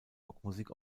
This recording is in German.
rockmusik